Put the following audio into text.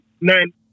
nine